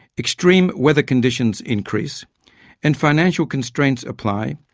extreme weather conditions increase and financial constraints apply,